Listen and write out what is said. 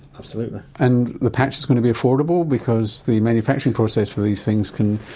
absolutely. and the patch is going to be affordable? because the manufacturing process for these things can,